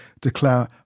declare